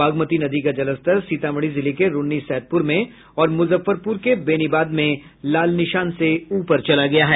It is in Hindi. बागमती नदी का जलस्तर सीतामढ़ी जिले के रून्नीसैदपुर में और मुजफ्फरपुर के बेनीबाद में लाल निशान से ऊपर चला गया है